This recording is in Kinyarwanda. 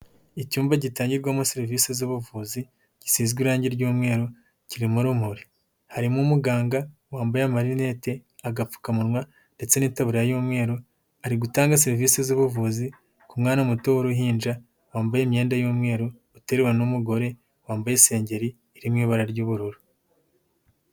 Icyumba gitangirwamo serivisi z'ubuvuzi, gisizwe irangi ry'umweru, kirimo urumuri, harimo umuganga, wambaye amarinete, agapfukamunwa, ndetse n'itaburiya y'umweru, ari gutanga serivisi z'ubuvuzi ku mwana muto w'uruhinja, wambaye imyenda y'umweru, uterurwa n'umugore, wambaye isengeri, iri mu ibara ry'ubururu.